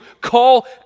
call